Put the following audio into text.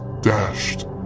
dashed